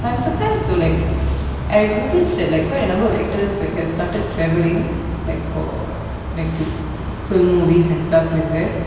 but I'm surprised though like I noticed that like quite a number of actors that like have started travelling like for like to film movies and stuff like that